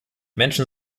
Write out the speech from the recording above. menschen